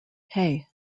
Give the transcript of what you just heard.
hey